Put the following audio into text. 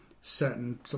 certain